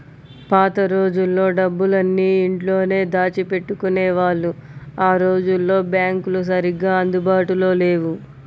పాత రోజుల్లో డబ్బులన్నీ ఇంట్లోనే దాచిపెట్టుకునేవాళ్ళు ఆ రోజుల్లో బ్యాంకులు సరిగ్గా అందుబాటులో లేవు